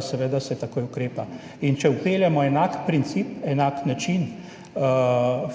seveda takoj ukrepa. Če vpeljemo enak princip, enak način